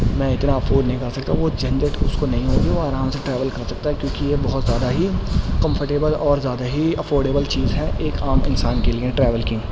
میں اتنا افورڈ نہیں کر سکتا وہ جھنجھٹ اس کو نہیں ہوگی اور وہ آرام سے ٹریول کر سکتا ہے کیوںکہ یہ بہت زیادہ ہی کمفرٹیبل اور زیادہ ہی افورڈیبل چیز ہے ایک عام انسان کے لیے ٹریول کی